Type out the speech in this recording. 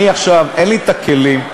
אין לי כלים,